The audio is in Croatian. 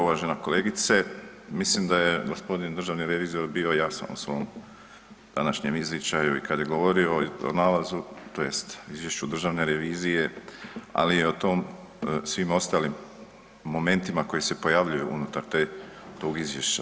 Uvažena kolegice, mislim da je g. državni revizor bio jasan u svom današnjem izričaju i kad je govorio o nalazu tj. izvješću Državne revizije, ali i o svim ostalim momentima koji se pojavljuju unutar tog izvješća.